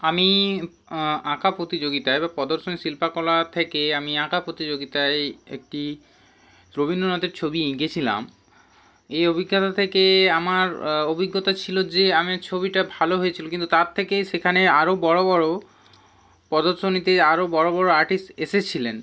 আমি আঁকা প্রতিযোগিতায় বা প্রদর্শনী শিল্পকলা থেকে আমি আঁকা প্রতিযোগিতায় একটি রবীন্দ্রনাথের ছবি এঁকেছিলাম এই অভিজ্ঞতা থেকে আমার অভিজ্ঞতা ছিল যে আমার ছবিটা ভালো হয়েছিল কিন্তু তার থেকে সেখানে আরও বড় বড় প্রদর্শনীতে আরও বড় বড় আর্টিস্ট এসেছিলেন